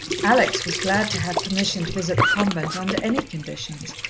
alex was glad to have permission to visit the convent under any conditions,